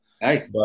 Hey